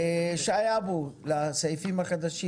שי אבו, יש לך הערות לסעיפים החדשים?